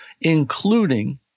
including